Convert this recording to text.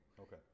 Okay